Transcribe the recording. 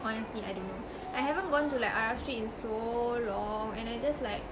honestly I don't know I haven't gone to like arab street in so long and I just like